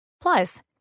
Plus